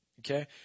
Okay